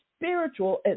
spiritual